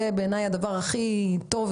בעיניי זה הדבר הכי טוב,